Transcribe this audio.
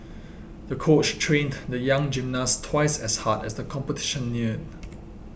the coach trained the young gymnast twice as hard as the competition neared